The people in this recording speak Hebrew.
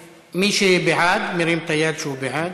מי שבעד, מרים את היד שהוא בעד.